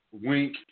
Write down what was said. Wink